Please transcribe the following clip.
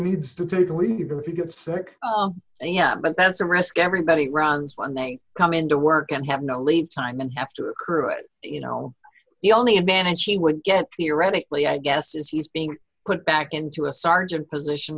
needs to take a leave if you get sick and yeah but that's a risk everybody runs when they come into work and have no lay time and have to occur you know the only advantage she would get directly i guess is he's being put back into a sergeant position